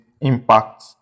impact